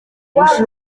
mushi